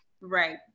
Right